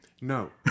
No